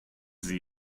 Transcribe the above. sie